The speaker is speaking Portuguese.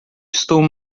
estou